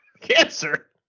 Cancer